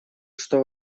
что